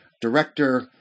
director